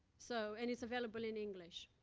so and it's available in english.